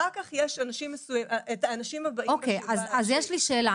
אחר כך יש את האנשים הבאים --- אז יש לי שאלה.